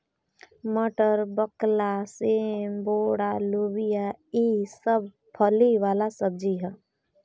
मटर, बकला, सेम, बोड़ा, लोबिया ई सब फली वाला सब्जी ह